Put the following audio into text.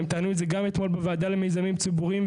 הם טענו את זה גם אתמול בוועדה למיזמים ציבוריים.